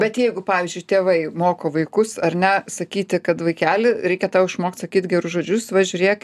bet jeigu pavyzdžiui tėvai moko vaikus ar ne sakyti kad vaikeli reikia tau išmokt sakyt gerus žodžius va žiūrėk